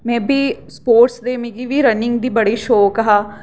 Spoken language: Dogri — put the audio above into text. में बी स्पोर्टस दी मिगी बी रनिंग दी बड़ी शौक हा